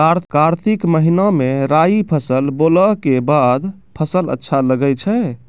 कार्तिक महीना मे राई फसल बोलऽ के बाद फसल अच्छा लगे छै